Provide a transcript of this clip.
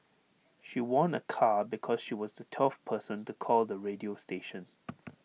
she won A car because she was the twelfth person to call the radio station